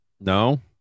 No